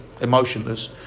emotionless